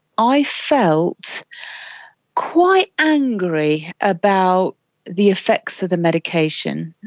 i felt quite angry about the effects of the medication.